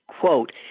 quote